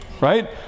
Right